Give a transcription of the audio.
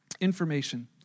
Information